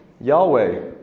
yahweh